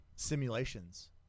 simulations